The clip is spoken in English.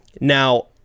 now